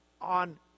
on